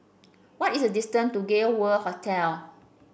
what is the distance to Gay World Hotel